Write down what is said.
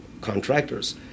contractors